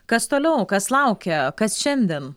kas toliau kas laukia kas šiandien